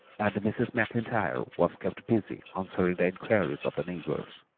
and mrs. maclntyre was kept busy answering the inquiries of the neighbours.